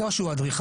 או שהוא אדריכל,